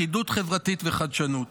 לכידות חברתית וחדשנות.